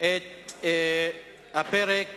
את פרק